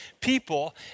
people